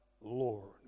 Lord